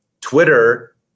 Twitter